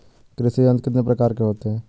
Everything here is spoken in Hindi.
कृषि यंत्र कितने प्रकार के होते हैं?